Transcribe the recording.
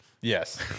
Yes